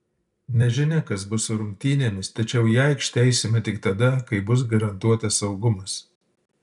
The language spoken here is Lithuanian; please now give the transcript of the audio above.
nežinia kas bus su rungtynėmis tačiau į aikštę eisime tik tada kai bus garantuotas saugumas